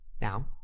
Now